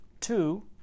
Two